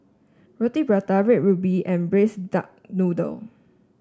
Roti Prata Red Ruby and Braised Duck Noodle